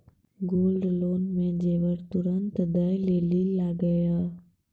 Gold loan मे जेबर तुरंत दै लेली लागेया?